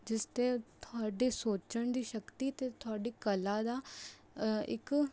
ਜਿਸ 'ਤੇ ਤੁਹਾਡੇ ਸੋਚਣ ਦੀ ਸ਼ਕਤੀ ਅਤੇ ਤੁਹਾਡੀ ਕਲਾ ਦਾ ਇੱਕ